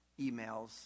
emails